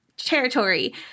territory